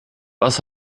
was